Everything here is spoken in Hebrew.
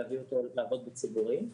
להביא אותו לעבוד בציבורי,